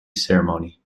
ceremony